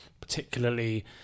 particularly